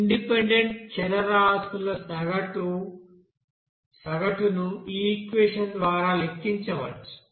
independent చరరాశుల సగటును ఈ ఈక్వెషన్ ఆధారంగా లెక్కించవచ్చు